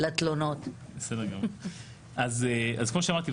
כמו שאמרתי,